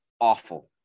awful